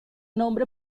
nombre